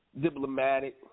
diplomatic